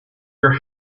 your